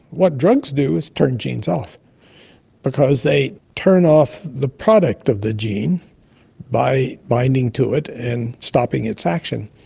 what drugs do is turn genes off because they turn off the product of the gene by binding to it and stopping its action.